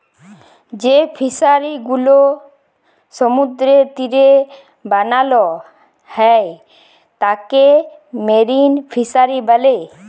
যেই ফিশারি গুলো সমুদ্রের তীরে বানাল হ্যয় তাকে মেরিন ফিসারী ব্যলে